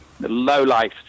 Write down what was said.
lowlife